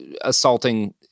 assaulting